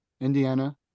Indiana